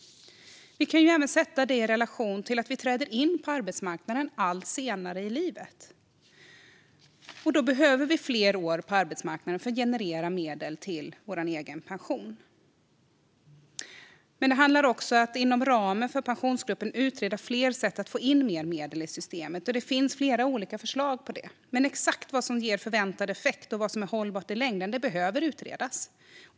Vi kan även sätta det i relation till att vi träder in på arbetsmarknaden allt senare i livet, och då behöver vi fler år på arbetsmarknaden för att generera medel till vår egen pension. Men det handlar också om att inom ramen för Pensionsgruppens arbete utreda fler sätt att få in mer medel i systemet. Det finns flera olika förslag på detta, men exakt vad som ger förväntad effekt och vad som är hållbart i längden behöver utredas.